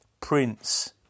Prince